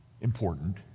important